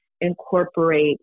incorporate